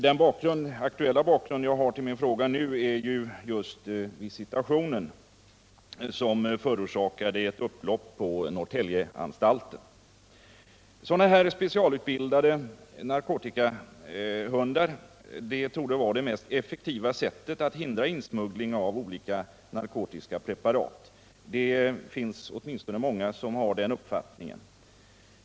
Den aktuella bakgrunden till min nu besvarade fråga är den visitation som förorsakade ett upplopp på Norrtäljeanstalten. Att använda specialutbildade narkotikahundar torde vara det mest effektiva sättet att förhindra insmuggling av olika narkotiska preparat — det finns åtminstone många som har den uppfattningen.